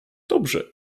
dobrze